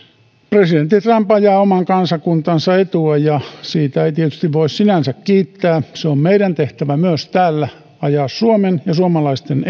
presidentti trump ajaa oman kansakuntansa etua ja siitä ei tietysti voi sinänsä kiittää onhan meidän tehtävämme myös täällä ajaa suomen ja suomalaisten